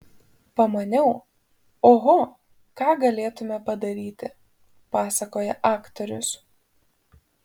pamaniau oho ką galėtumėme padaryti pasakoja aktorius